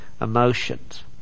emotions